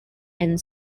and